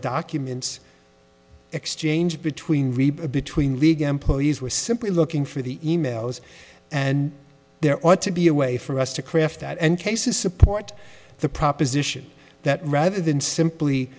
documents exchange between riba between league employees were simply looking for the e mails and there ought to be a way for us to craft that encases support the proposition that rather than simply